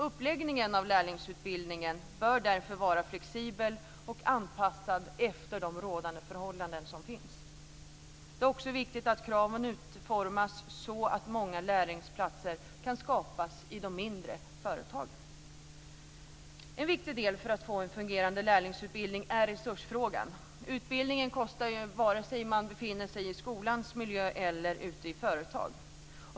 Uppläggningen av lärlingsutbildningen bör därför vara flexibel och anpassad efter de rådande förhållandena. Det är också viktigt att kraven utformas så att många lärlingsplatser kan skapas i de mindre företagen. En viktig del för att få en fungerande lärlingsutbildning är resursfrågan. Utbildningen kostar ju, vare sig man befinner sig i skolans miljö eller ute i företag.